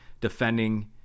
defending